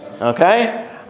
Okay